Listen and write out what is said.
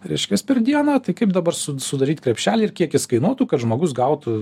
reiškias per dieną tai kaip dabar su sudaryt krepšelį ir kiek jis kainuotų kad žmogus gautų